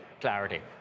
clarity